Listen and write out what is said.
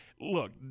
look